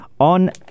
on